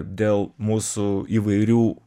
dėl mūsų įvairių